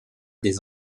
des